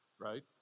Right